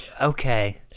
okay